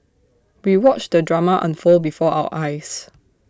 we watched the drama unfold before our eyes